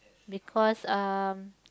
because um